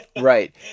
Right